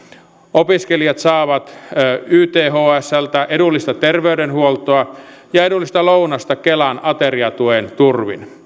opiskelijat saavat ythsltä edullista terveydenhuoltoa ja edullista lounasta kelan ateriatuen turvin